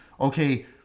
okay